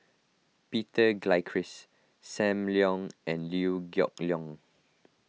Peter Gilchrist Sam Leong and Liew Geok Leong